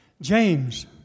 James